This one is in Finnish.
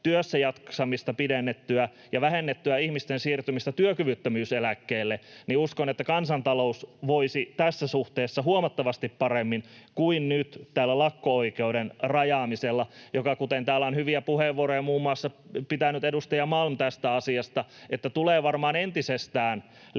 työssäjaksamista pidennettyä ja vähennettyä ihmisten siirtymistä työkyvyttömyyseläkkeelle, niin uskon, että kansantalous voisi tässä suhteessa huomattavasti paremmin kuin nyt tällä lakko-oikeuden rajaamisella. Täällä on hyviä puheenvuoroja pitänyt muun muassa edustaja Malm tästä asiasta, siitä, että se tulee varmaan entisestään lisäämään